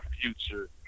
future